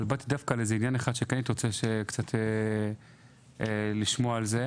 אבל באתי דווקא בגלל עניין אחד שהייתי רוצה לשמוע עליו.